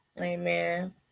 Amen